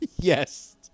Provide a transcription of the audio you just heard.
Yes